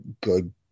good